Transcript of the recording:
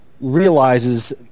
realizes